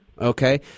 Okay